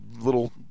little